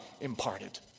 imparted